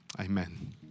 amen